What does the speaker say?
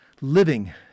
living